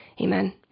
Amen